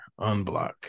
Unblock